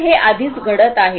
तर हे आधीच घडत आहे